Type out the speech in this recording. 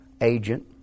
agent